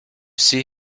see